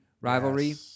rivalry